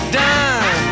done